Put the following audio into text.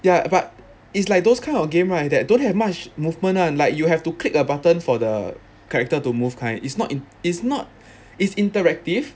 yeah but it's like those kind of game right that don't have much movement lah like you have to click a button for the character to move kind it's not it's not it's interactive